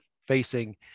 facing